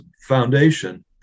foundation